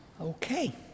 Okay